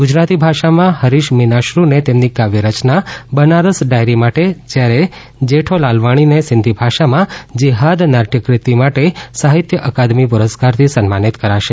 ગુજરાતી ભાષામાં હરીશ મીનાશ્રુને તેમની કાવ્યરચના બનારસ ડાયરી માટે જ્યારે જેઠો લાલવાણીને સિંધી ભાષામાં જેહાદ નાટ્યકૃતિ માટે સાહિત્ય અકાદમી પુરસ્કારથી સન્માનિત કરાશે